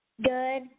Good